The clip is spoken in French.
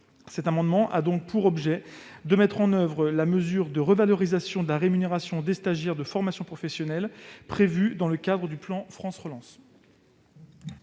Cet amendement a donc pour objet de mettre en oeuvre la mesure de revalorisation de la rémunération des stagiaires de la formation professionnelle prévue dans le cadre du plan France Relance.